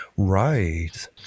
Right